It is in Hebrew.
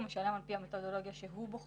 הוא משלם על פי המתודולוגיה שהוא בוחר.